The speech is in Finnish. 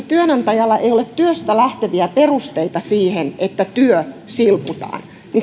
työnantajalla ei ole työstä lähteviä perusteita siihen että työ silputaan